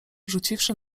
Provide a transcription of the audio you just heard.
rzuciwszy